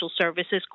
services